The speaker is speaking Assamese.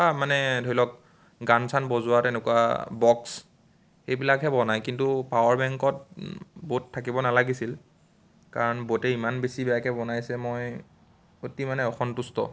মানে ধৰি লওক গান চান বজোৱা তেনেকুৱা বক্স এইবিলাকহে বনায় কিন্তু পাৱাৰ বেংকত ব'ট থাকিব নালাগিছিল কাৰণ ব'টে ইমান বেছি বেয়াকৈ বনাইছে মই অতি মানে অসন্তুষ্ট